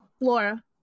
Laura